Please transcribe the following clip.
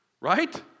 Right